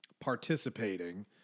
participating